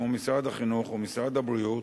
כמו משרד החינוך ומשרד הבריאות,